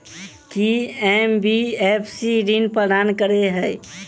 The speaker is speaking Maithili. की एन.बी.एफ.सी ऋण प्रदान करे है?